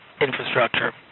infrastructure